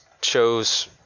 chose